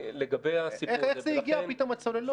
איך הגיעו פתאום הצוללות?